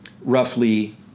roughly